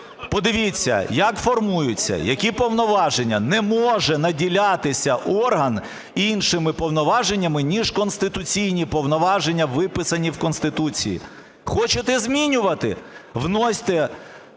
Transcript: подивіться, як формуються які повноваження. Не може наділятися орган іншими повноваженнями, ніж конституційні повноваження, виписані в Конституції. Хочете змінювати? Вносьте